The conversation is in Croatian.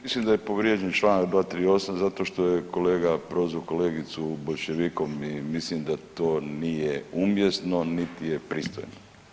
Mislim da je povrijeđen čl. 238. zato što je kolega prozvao kolegicu boljševikom i mislim da to nije umjesno niti je pristojno.